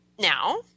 now